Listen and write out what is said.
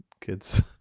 kids